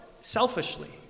selfishly